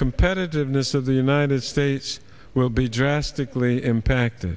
competitiveness of the united states will be drastically impacted